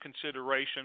consideration